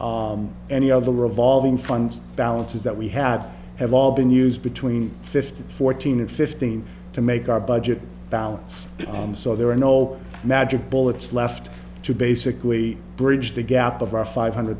any of the revolving fund balances that we have have all been used between fifteen fourteen and fifteen to make our budget balance and so there are no magic bullets left to basically bridge the gap of our five hundred